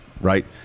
right